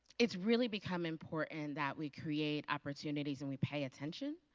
it's really become important and that we create opportunities and we pay attention